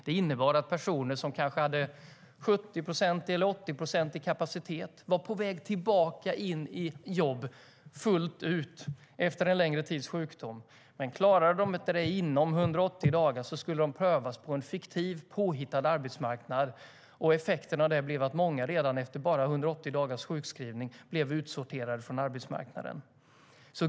Det innebar att personer som kanske hade 70 eller 80-procentig kapacitet, och som var på väg tillbaka i jobb fullt ut efter en längre tids sjukdom men inte klarade det inom 180 dagar, skulle prövas på en fiktiv arbetsmarknad. Effekten blev att många efter bara 180 dagars sjukskrivning blev utsorterade från arbetsmarknaden.